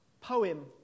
poem